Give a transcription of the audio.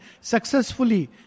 successfully